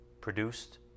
produced